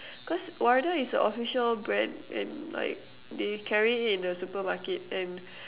cause Wardah is a official brand and like they carry it in the supermarket and